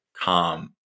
calm